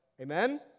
Amen